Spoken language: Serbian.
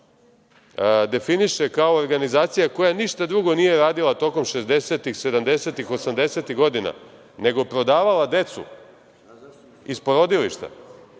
definiše kao organizacija koja ništa drugo nije radila tokom 60-ih, 70-oh, 80-ih godina, nego prodavala decu iz porodilišta,